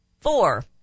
Four